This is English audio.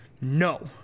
no